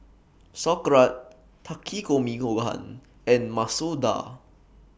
Sauerkraut Takikomi Gohan and Masoor Dal